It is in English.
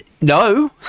no